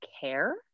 care